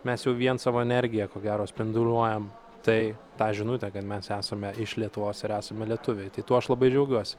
mes jau vien savo energija ko gero spinduliuojam tai tą žinutę kad mes esame iš lietuvos ir esame lietuviai tai tuo aš labai džiaugiuosi